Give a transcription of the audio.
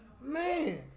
man